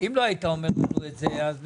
אם לא היית אומר לנו את זה אז בסדר,